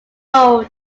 role